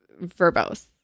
verbose